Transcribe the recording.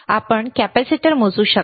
आपण कॅपेसिटर मोजू शकता